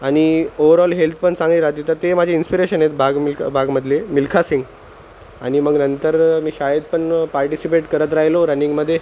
आणि overall health पण चांगली राहत आहे तर ते माझे इन्स्पिरेशन आहेत भाग मिल्खा भागमधले मिल्खा सिंग आणि मग नंतर मी शाळेत पण पार्टिसिपेट करत राहिलो रनिंगमध्ये